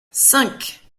cinq